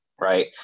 right